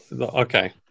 Okay